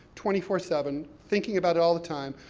twenty four seven, thinking about it all the time.